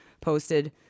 posted